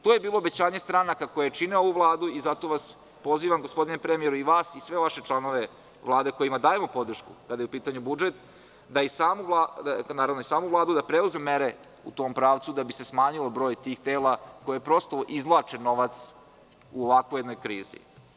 To je bilo obećanje stranaka koje čine ovu Vladu i zato vas pozivam gospodine premijeru i vas i sve vaše članove Vlade kojim dajemo podršku kada je upitanju budžet, i samu Vladu da preduzme mere da bi se smanjio broj tih tela koje prosto izvlače novac u ovakvoj jednoj krizi.